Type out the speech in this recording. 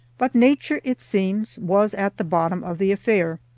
but nature, it seems, was at the bottom of the affair,